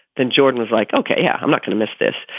then jordan was like, ok, yeah, i'm not going to miss this.